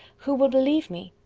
who will believe me?